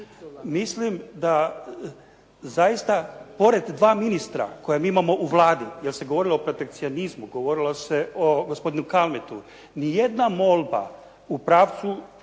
Mislim da zaista pored dva ministra koja mi imao u Vladi, jer se govorilo o protekcionizmu, govorilo se o gospodinu Kalmeti, nije molba u pravcu